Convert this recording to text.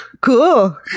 Cool